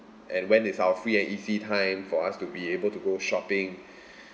and when is our free and easy time for us to be able to go shopping